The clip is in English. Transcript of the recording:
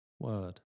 word